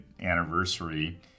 anniversary